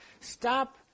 Stop